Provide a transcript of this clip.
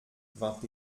vingt